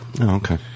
okay